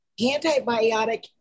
antibiotic